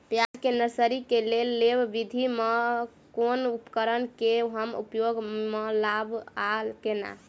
प्याज केँ नर्सरी केँ लेल लेव विधि म केँ कुन उपकरण केँ हम उपयोग म लाब आ केना?